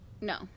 No